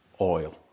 oil